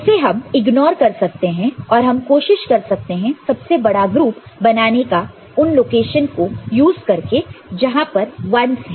उसे हम इग्नोर कर सकते हैं और हम कोशिश कर सकते हैं सबसे बड़ा ग्रुप बनाने का उन लोकेशन को यूज करके जहां पर 1's है